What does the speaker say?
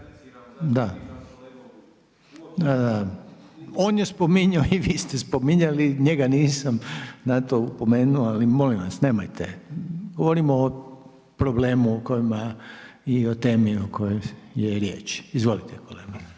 se./… On je spominjao i vi ste spominjali. Njega nisam na to opomenuo, ali molim vas nemojte. Govorimo o problemu o kojima i o temi o kojoj je riječ. Izvolite kolega